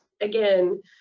again